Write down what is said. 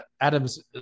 Adam's